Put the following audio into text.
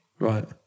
Right